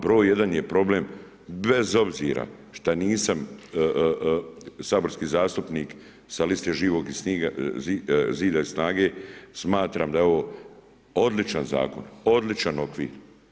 Broj jedan je problem, bez obzira što nisam saborski zastupnik sa liste Živog zida i SNAGA-e, smatram da je ovo odličan Zakon, odličan okvir.